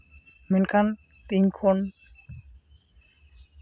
ᱢᱮᱱᱠᱷᱟᱱ ᱛᱤᱦᱤᱧ ᱠᱷᱚᱱ